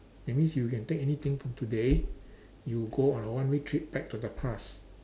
that means you can take anything from today you go on a one way trip back to the past